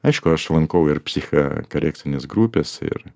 aišku aš lankau ir psichą karekcines grupės ir